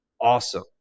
awesome